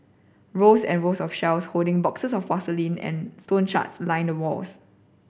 rows and rows of shelves holding boxes of porcelain and stone shards line the walls